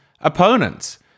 opponents